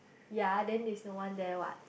ya then there's no one there what